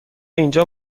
اینجا